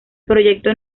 proyecto